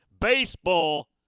Baseball